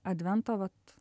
advento vat